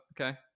Okay